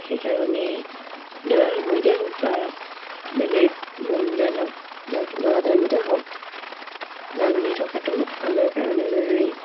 সেইকাৰণে দৌৰাৰ সময়তে হওক বা বেলেগ মন বেয়া লাগ লগা টাইমতে হওক গানি থকাটো আমাৰ কাৰণে জৰুৰী